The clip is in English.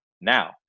now